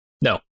no